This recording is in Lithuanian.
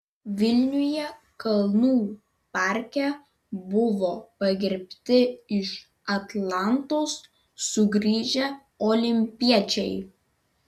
vilniuje kalnų parke buvo pagerbti iš atlantos sugrįžę olimpiečiai